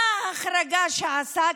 מה ההחרגה שעשה?